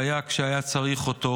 שהיה כשהיה צריך אותו,